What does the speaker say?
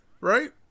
right